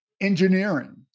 engineering